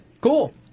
Cool